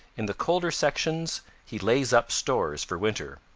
in the colder sections he lays up stores for winter.